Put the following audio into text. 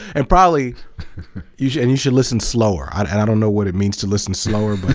and probably you should and you should listen slower i don't know what it means to listen slower, but.